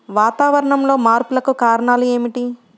వాతావరణంలో మార్పులకు కారణాలు ఏమిటి?